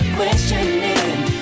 questioning